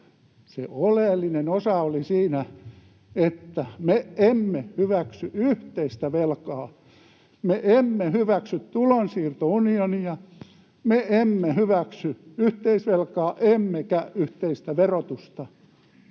se oleellinen osa oli siinä, että me emme hyväksy yhteistä velkaa, me emme hyväksy tulonsiirtounionia, me emme hyväksy yhteisvelkaa emmekä yhteistä verotusta,